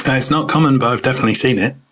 and it's not common but i've definitely seen it.